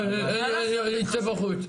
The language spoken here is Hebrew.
אני אצא בחוץ.